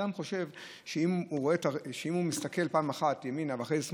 אדם חושב שאם הוא מסתכל פעם אחת ימינה ואחרי זה שמאלה,